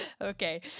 Okay